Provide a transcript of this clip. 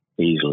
Easily